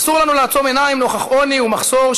אסור לנו לעצום עיניים נוכח עוני ומחסור,